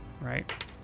Right